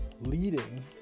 leading